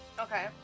Okay